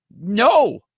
No